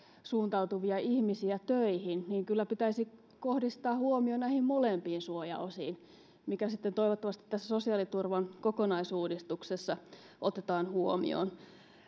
suuntautuvia ihmisiä töihin niin kyllä pitäisi kohdistaa huomio näihin molempiin suojaosiin mikä sitten toivottavasti tässä sosiaaliturvan kokonaisuudistuksessa otetaan huomioon